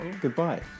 Goodbye